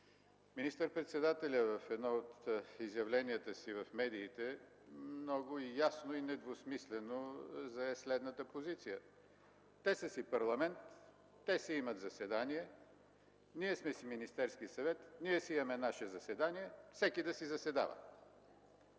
министър-председателят в едно от своите изявления в медиите много ясно и недвусмислено зае следната позиция: „Те са си парламент, те си имат заседания, ние сме си Министерски съвет, ние си имаме наши заседания. Всеки да си заседава”.